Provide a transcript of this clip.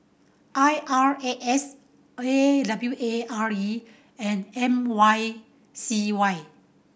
I R A S A W A R E and M Y C Y